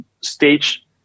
stage